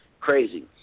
Crazy